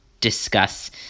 discuss